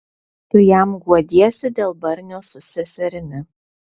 tu jam guodiesi dėl barnio su seserimi